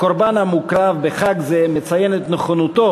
הקורבן המוקרב בחג זה מציין את נכונותו